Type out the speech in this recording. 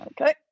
Okay